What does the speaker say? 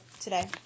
today